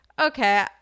okay